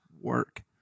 work